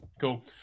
Cool